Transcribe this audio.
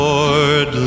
Lord